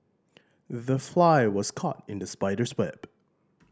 the fly was caught in the spider's web